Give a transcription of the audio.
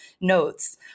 notes